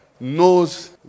knows